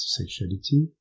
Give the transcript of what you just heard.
sexuality